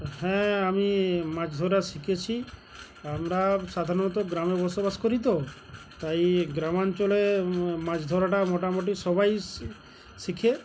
হ্যাঁ আমি মাছ ধরা শিখেছি আমরা সাধারণত গ্রামে বসবাস করি তো তাই গ্রামাঞ্চলে মাছ ধরাটা মোটামুটি সবাই শেখে